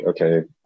okay